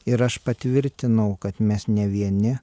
ir aš patvirtinau kad mes ne vieni